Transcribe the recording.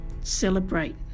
celebrate